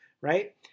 Right